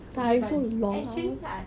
okay but actually right